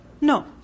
No